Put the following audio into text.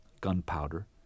Gunpowder